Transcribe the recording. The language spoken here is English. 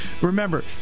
Remember